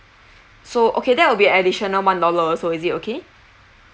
so okay that will be additional one dollars also is it okay